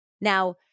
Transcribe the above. Now